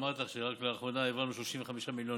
אמרתי לך שרק לאחרונה העברנו 35 מיליון